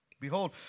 Behold